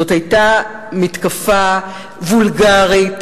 זאת היתה מתקפה וולגרית,